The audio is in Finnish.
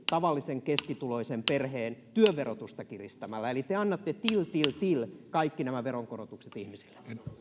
tavallisen keskituloisen perheen työn verotusta kiristämällä eli te annatte till till till kaikki nämä veronkorotukset ihmisille